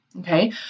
Okay